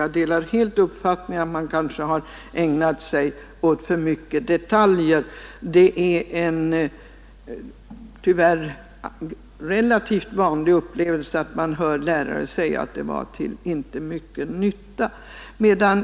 Jag delar helt uppfattningen att man kanske ägnar sig för mycket åt detaljer. Det är tyvärr en relativt vanlig upplevelse att man hör lärare säga att det inte är till mycken nytta att delta i denna fortbildning.